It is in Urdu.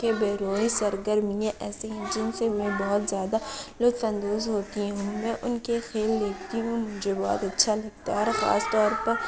کے بیروئیں سرگرمیاں ایسی ہیں جن سے میں بہت زیادہ لطف اندوز ہوتی ہوں میں ان کے کھیل دیکھتی ہوں مجھے بہت اچھا لگتا ہے اور خاص طور پر